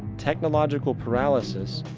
technological paralysis,